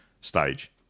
stage